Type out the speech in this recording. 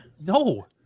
No